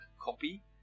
copy